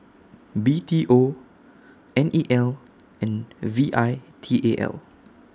B T O N E L and V I T A L